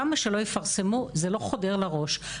כמה שלא יפרסמו זה לא חודר לראש,